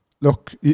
look